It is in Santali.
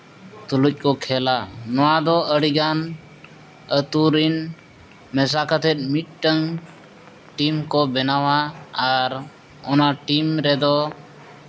ᱛᱩᱞᱩᱡ ᱠᱚ ᱠᱷᱮᱞᱟ ᱱᱚᱣᱟ ᱫᱚ ᱟᱹᱰᱤᱜᱟᱱ ᱟᱹᱛᱩ ᱨᱮᱱ ᱢᱮᱥᱟ ᱠᱟᱛᱮᱫ ᱢᱤᱫᱴᱟᱱ ᱴᱤᱢ ᱠᱚ ᱵᱮᱱᱟᱣᱟ ᱟᱨ ᱚᱱᱟ ᱴᱤᱢ ᱨᱮᱫᱚ